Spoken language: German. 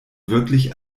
wirklich